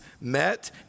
met